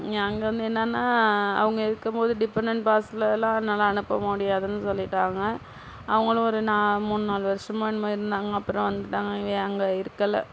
அங்கே வந்து என்னன்னா அவங்க இருக்கும்போது டிபெண்டண்ட் பாஸ்லல்லாம் என்னால் அனுப்ப முடியாதுன்னு சொல்லிட்டாங்க அவங்களும் ஒரு நான் மூணு நாலு வருஷமோ என்னமோ இருந்தாங்க அப்புறம் வந்துட்டாங்க இவங்க அங்கே இருக்கல